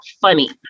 funny